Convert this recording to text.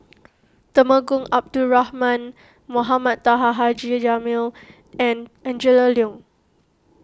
Temenggong Abdul Rahman Mohamed Taha Haji Jamil and Angela Liong